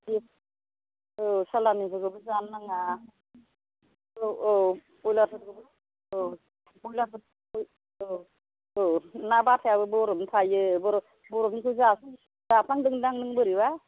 औ सालानिफोरखौबो जानो नाङा औ औ बयलार फोरखौबो औ औ ना बाथायाबो बरफनि थायो बरफनिखौ जाफ्लांदोंदां नों बोरैबा